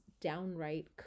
downright